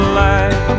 light